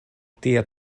tia